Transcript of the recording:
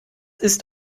ist